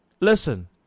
Listen